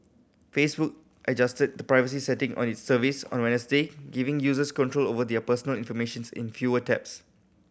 Facebook adjusted the privacy setting on its service on Wednesday giving users control over their personal information's in fewer taps